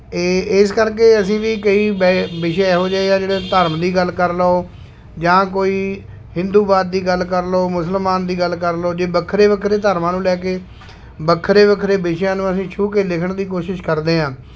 ਏ ਇਸ ਕਰਕੇ ਅਸੀਂ ਵੀ ਕਈ ਵਿ ਵਿਸ਼ੇ ਇਹੋ ਜਿਹੇ ਹੈ ਜਿਹੜੇ ਧਰਮ ਦੀ ਗੱਲ ਕਰ ਲਓ ਜਾਂ ਕੋਈ ਹਿੰਦੂਵਾਦ ਦੀ ਗੱਲ ਕਰ ਲਓ ਮੁਸਲਮਾਨ ਦੀ ਗੱਲ ਕਰ ਲਓ ਜੇ ਵੱਖਰੇ ਵੱਖਰੇ ਧਰਮਾਂ ਨੂੰ ਲੈ ਕੇ ਵੱਖਰੇ ਵੱਖਰੇ ਵਿਸ਼ਿਆਂ ਨੂੰ ਅਸੀਂ ਛੂਹ ਕੇ ਲਿਖਣ ਦੀ ਕੋਸ਼ਿਸ਼ ਕਰਦੇ ਹਾਂ